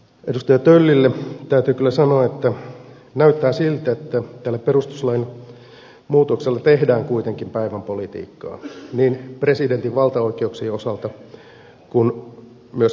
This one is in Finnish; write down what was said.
edustaja töllille täytyy kyllä sanoa että näyttää siltä että tällä perustuslain muutoksella tehdään kuitenkin päivänpolitiikkaa niin presidentin valtaoikeuksien osalta kuin myöskin eu politiikassa